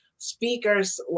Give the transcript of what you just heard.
speakers